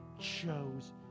chose